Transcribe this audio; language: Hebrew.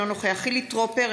אינו נוכח חילי טרופר,